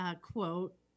quote